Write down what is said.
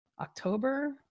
October